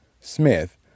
Smith